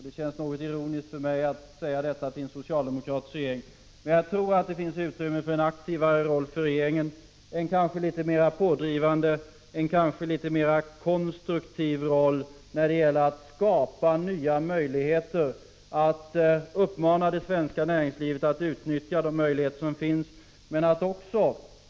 Det känns litet ironiskt för mig att säga detta till en socialdemokratisk regering, men jag bedömer att regeringen skulle kunna vara mer pådrivande och kanske mer konstruktiv när det gäller att skapa nya möjligheter och att uppmana det svenska näringslivet att utnyttja de möjligheter som redan finns.